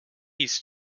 east